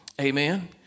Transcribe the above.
amen